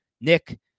Nick